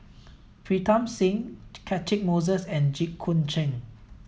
Pritam Singh Catchick Moses and Jit Koon Ch'ng